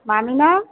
Mamina